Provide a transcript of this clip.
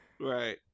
Right